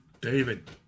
David